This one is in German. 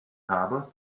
habe